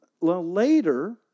Later